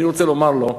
אני רוצה לומר לו,